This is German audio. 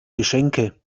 geschenke